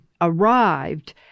arrived